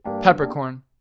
Peppercorn